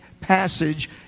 passage